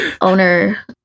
owner